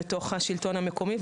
בשלטון המקומי.